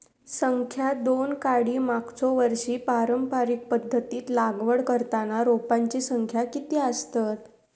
संख्या दोन काडी मागचो वर्षी पारंपरिक पध्दतीत लागवड करताना रोपांची संख्या किती आसतत?